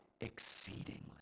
exceedingly